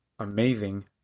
amazing